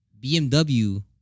BMW